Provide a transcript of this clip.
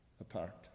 apart